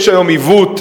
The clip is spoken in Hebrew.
יש היום עיוות,